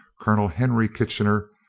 colonel henry kitchener,